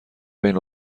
بین